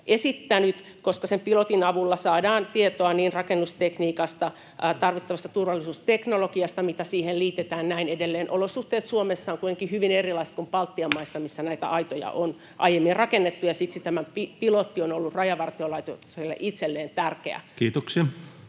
koska sen pilotin avulla saadaan tietoa niin rakennustekniikasta kuin tarvittavasta turvallisuusteknologiasta, mitä siihen liitetään, ja näin edelleen. Olosuhteet Suomessa ovat kuitenkin hyvin erilaiset kuin Baltian maissa, missä näitä aitoja on aiemmin rakennettu, ja siksi tämä pilotti on ollut Rajavartiolaitokselle itselleen tärkeä.